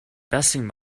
passing